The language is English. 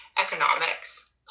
economics